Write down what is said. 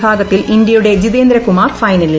വിഭാഗത്തിൽ ഇന്തൃയുടെ ജിതേന്ദ്രകുമാർ ഫൈനലിൽ